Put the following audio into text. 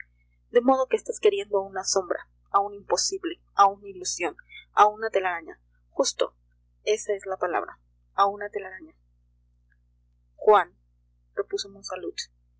de modo que estás queriendo a una sombra a un imposible a una ilusión a una telaraña justo esa es la palabra a una telaraña juan repuso